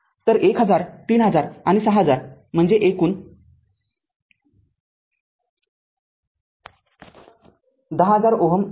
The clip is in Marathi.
तर १०००३००० आणि ६००० म्हणजे एकूण १०००० ओहम आहे